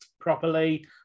properly